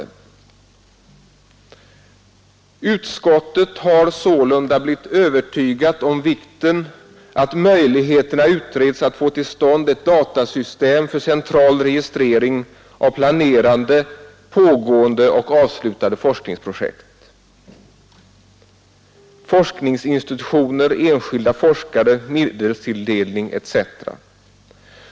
”Utskottet har sålunda blivit övertygat om vikten av att möjligheterna utreds att få till stånd ett datasystem för central registrering av planerade, pågående och avslutade forskningsprojekt, forskningsinstitutioner, enskilda forskare, medelstilldelning etc.